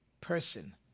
person